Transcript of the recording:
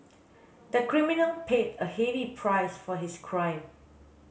the criminal paid a heavy price for his crime